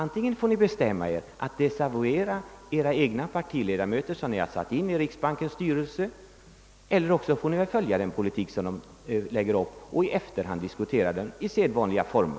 Ni får bestämma er för att antingen desavouera era egna representanter i riksbankens styrelse eller följa den politik som de lägger upp och i efterhand diskutera den under sedvanliga former.